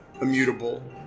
immutable